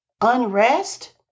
unrest